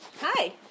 Hi